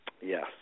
Yes